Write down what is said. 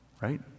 right